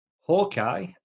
Hawkeye